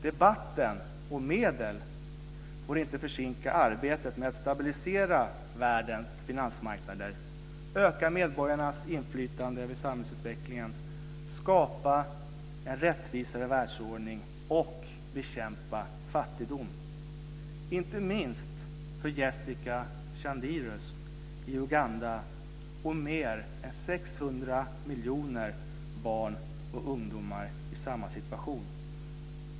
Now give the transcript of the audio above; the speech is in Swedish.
Debatten om medel får inte försinka arbetet med att stabilisera världens finansmarknader, öka medborgarnas inflytande över samhällsutvecklingen, skapa en rättvisare världsordning och bekämpa fattigdom - inte minst för Jessica Chandirus i Uganda och mer än 600 miljoner barn och ungdomar i samma situation.